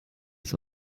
ist